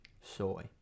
Soy